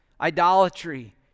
idolatry